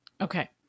Okay